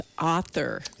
author